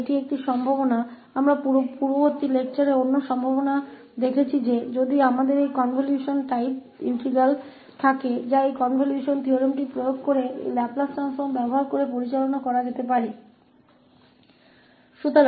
तो यह एक संभावना है हमने पिछले व्याख्यान में अन्य संभावना देखी है कि यदि हमारे पास यह कनवल्शन टाइप इंटीग्रल है जिसे उस कनवल्शन प्रमेय को लागू करके इस लैपलेस ट्रांसफॉर्म का उपयोग करके भी नियंत्रित किया जा सकता है